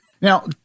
Now